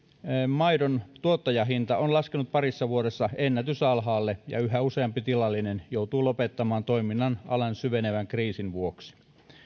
maidon tuottajahinta on laskenut parissa vuodessa ennätysalhaalle ja yhä useampi tilallinen joutuu lopettamaan alan syvenevän kriisin vuoksi